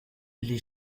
les